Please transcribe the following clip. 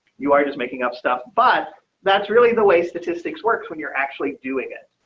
you are just making up stuff, but that's really the way statistics works when you're actually doing it.